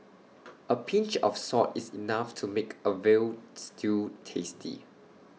A pinch of salt is enough to make A Veal Stew tasty